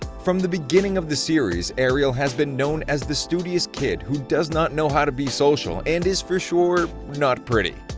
from the beginning of the series, ariel has been known as the studious kid who does not know how to be social and is for sure, not pretty.